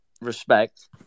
respect